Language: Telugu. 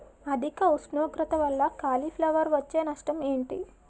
అధిక ఉష్ణోగ్రత వల్ల కాలీఫ్లవర్ వచ్చే నష్టం ఏంటి?